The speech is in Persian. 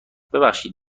ببخشید